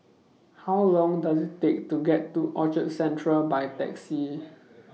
How Long Does IT Take to get to Orchard Central By Taxi